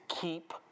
keep